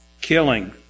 Killing